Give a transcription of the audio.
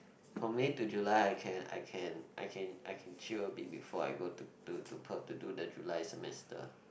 from May to July I can I can I can I can chill a bit before I go to to Perth to do the July semester